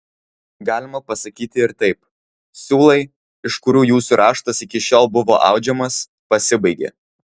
galima pasakyti ir taip siūlai iš kurių jūsų raštas iki šiol buvo audžiamas pasibaigė